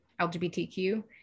LGBTQ